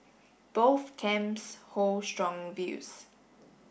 both camps hold strong views